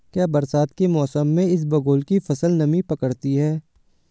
क्या बरसात के मौसम में इसबगोल की फसल नमी पकड़ती है?